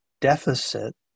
deficit